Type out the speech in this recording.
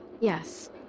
Yes